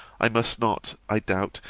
i must not, i doubt,